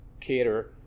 cater